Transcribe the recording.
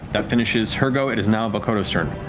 that finishes her go. it is now vokodo's turn.